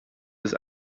das